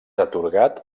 atorgat